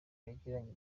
yagiranye